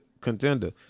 Contender